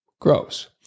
gross